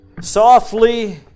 Softly